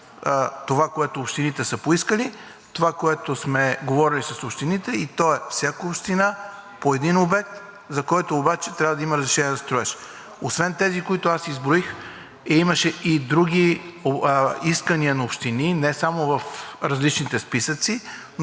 това, което общините са поискали, това, което сме говорили с общините, и то е всяка община по един обект, за който обаче трябва да има разрешение за строеж. Освен тези, които аз изброих, имаше и други искания на общини, не само в различните списъци,